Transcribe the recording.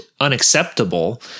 unacceptable